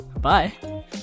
Bye